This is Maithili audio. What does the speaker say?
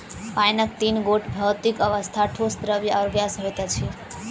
पाइनक तीन गोट भौतिक अवस्था, ठोस, द्रव्य आ गैस होइत अछि